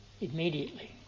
immediately